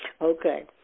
Okay